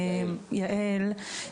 יעל,